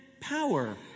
power